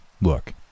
look